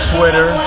Twitter